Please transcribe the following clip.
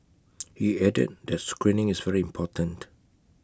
he added that screening is very important